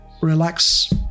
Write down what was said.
relax